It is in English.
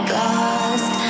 lost